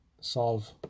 solve